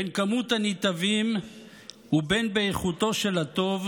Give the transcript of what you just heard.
בין בכמות הניטבים ובין באיכותו של הטוב,